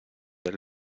del